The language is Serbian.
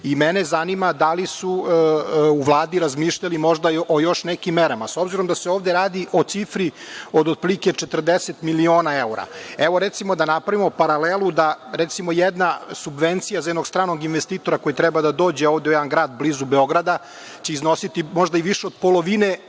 Mene zanima da li su u Vladi razmišljali možda o još nekim merama, s obzirom da se ovde radi o cifri od otprilike 40 evra? Evo, recimo da napravimo paralelu da, recimo, jedna subvencija za jednog stranog investitora koji treba da dođe ovde u jedan grad blizu Beograda će iznositi možda više od polovine